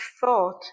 thought